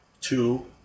two